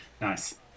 Nice